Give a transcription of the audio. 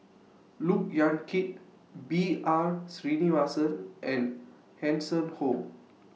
Look Yan Kit B R Sreenivasan and Hanson Ho